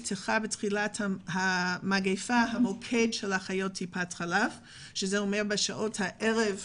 בתחילת המגפה נפתח מוקד של אחיות טיפת חלב כך שבשעות הערב,